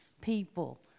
people